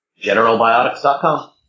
Generalbiotics.com